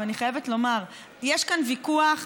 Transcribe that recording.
ואני חייבת לומר: יש כאן ויכוח.